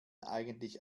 eigentlich